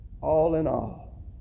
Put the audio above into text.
all-in-all